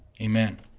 Amen